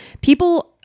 People